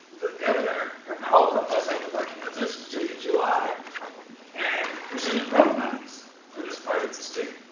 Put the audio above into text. the governor, governor holcomb, was at the working men's institute in july and presented road monies for this part of the state.